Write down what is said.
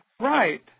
Right